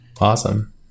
Awesome